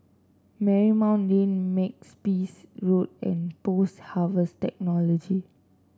Marymount Lane Makepeace Road and Post Harvest Technology